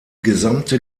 gesamte